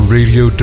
Radio